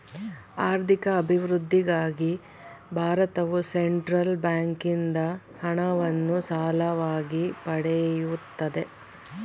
ಆರ್ಥಿಕ ಅಭಿವೃದ್ಧಿಗಾಗಿ ಭಾರತವು ಸೆಂಟ್ರಲ್ ಬ್ಯಾಂಕಿಂದ ಹಣವನ್ನು ಸಾಲವಾಗಿ ಪಡೆಯುತ್ತದೆ